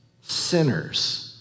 sinners